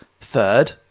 third